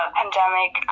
pandemic